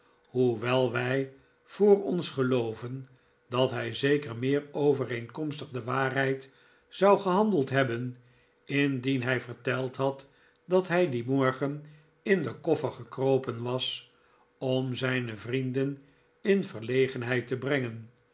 hoewel wij voor ons gelooven dat hij zeker meer overeenkomstig de waarheid zou gehandeld hebben indien hij verteld had dat hij dien morgen in den koffer gekropen was om zijne vrienden in verlegenheid te brengen